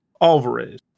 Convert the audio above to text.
Alvarez